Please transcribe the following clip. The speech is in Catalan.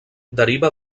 deriva